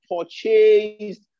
purchased